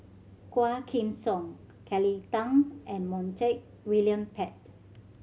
Quah Kim Song Kelly Tang and Montague William Pett